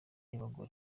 y’abagore